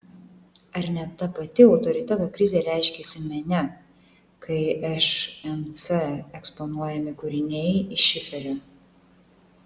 ar ne ta pati autoriteto krizė reiškiasi mene kai šmc eksponuojami kūriniai iš šiferio